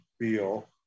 feel